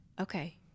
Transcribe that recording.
okay